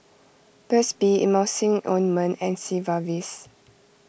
Burt's Bee Emulsying Ointment and Sigvaris